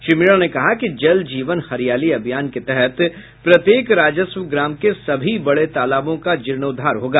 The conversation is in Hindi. श्री मीणा ने कहा कि जल जीवन हरियाली अभियान के तहत प्रत्येक राजस्व ग्राम के सभी बड़े तालाबों का जीर्णोद्धार होगा